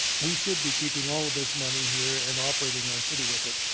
we should be keeping all of this money here and operating our city with it.